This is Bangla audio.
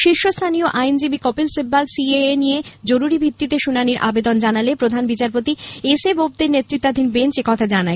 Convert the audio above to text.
শীর্ষ স্থানীয় আইনজীবী কপিল সিব্বাল সিএএ নিয়ে জরুরী ভিত্তিতে শুনানির আবেদন জানালে প্রধান বিচারপতি এসএ বোবদের নেতৃত্বাধীন বেঞ্চ একথা জানায়